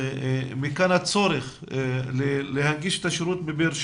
מכאן הצורך להנגיש את השירות בבאר שבע.